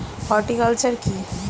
Horticulture কি?